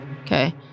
Okay